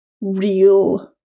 real